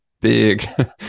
big